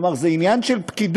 כלומר זה עניין של פקידות,